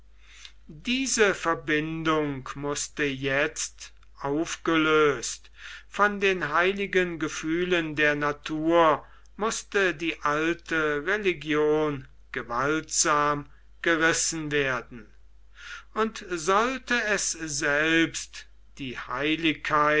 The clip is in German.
diese verbindung mußte jetzt aufgelöst von den heiligen gefühlen der natur mußte die alte religion gewaltsam gerissen werden und sollte es selbst die heiligkeit